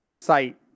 site